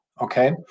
okay